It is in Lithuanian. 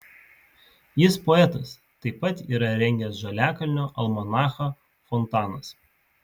jis poetas taip pat yra rengęs žaliakalnio almanachą fontanas